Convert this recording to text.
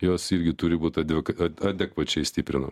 jos irgi turi būt adve adekvačiai stiprinam